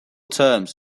terms